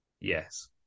Yes